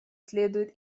следует